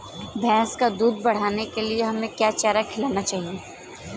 भैंस का दूध बढ़ाने के लिए हमें क्या चारा खिलाना चाहिए?